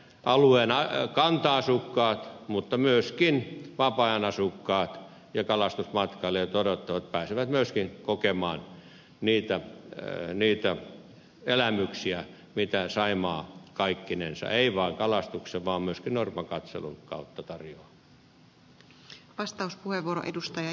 ja alueen kanta asukkaat mutta myöskin vapaa ajan asukkaat ja kalastusmatkailijat odottavat että pääsevät kokemaan niitä elämyksiä joita saimaa kaikkinensa ei vain kalastuksen vaan myöskin norpan katselun kautta tarjoaa